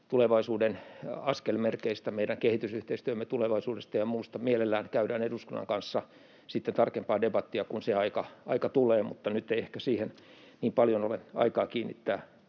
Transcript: tulevaisuuden askelmerkeistä: meidän kehitysyhteistyömme tulevaisuudesta ja muusta käydään mielellään eduskunnan kanssa tarkempaa debattia sitten, kun se aika tulee, mutta nyt ei ehkä siihen niin paljon ole aikaa kiinnittää